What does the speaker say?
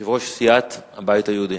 יושב-ראש סיעת הבית היהודי.